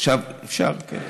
אפשר, כן.